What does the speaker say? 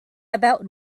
about